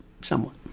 somewhat